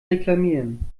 reklamieren